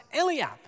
Eliab